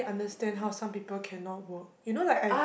understand how some people cannot work you know like I